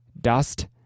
dust